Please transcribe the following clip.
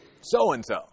so-and-so